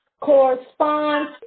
correspond